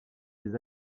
des